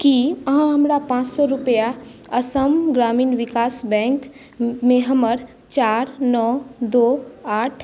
कि अहाँ हमरा पाँच सए रुपैआ असम ग्रामीन विकास बैंकमे हमर चारि नओ दू आठ